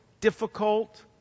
difficult